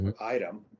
item